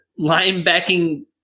linebacking